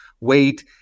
weight